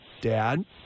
dad